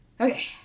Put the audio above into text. Okay